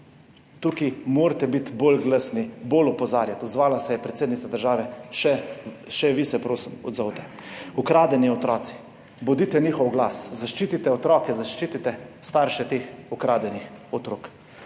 Tukaj morate biti bolj glasni, bolj opozarjati. Odzvala se je predsednica države, še vi se, prosim, odzovite. Ukradeni otroci. Bodite njihov glas, zaščitite otroke, zaščitite starše teh ukradenih otrok.